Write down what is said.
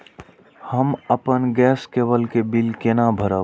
हम अपन गैस केवल के बिल केना भरब?